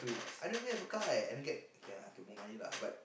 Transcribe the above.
I don't even have a car eh I don't get okay lah I get more money lah but